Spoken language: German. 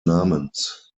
namens